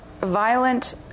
violent